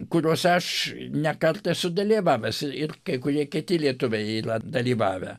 kuriuose aš ne kartą esu dalyvavęs ir kai kurie kiti lietuviai yra dalyvavę